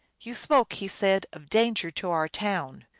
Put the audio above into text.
you spoke, he said, of danger to our town.